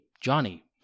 Johnny